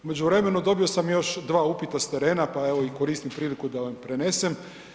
U međuvremenu dobio sam još dva upita s terena, pa evo i koristim priliku da vam prenesem.